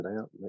out